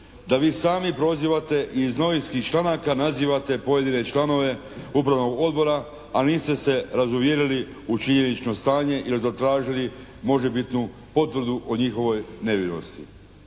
da vi sami prozivate i iz novinskih članaka nazivate pojedine članove Upravnog odbora, a niste se razuvjerili u činjenično stanje ili zatražili možebitnu potvrdu o njihovoj nevinosti.